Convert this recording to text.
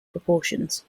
proportions